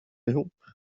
ihop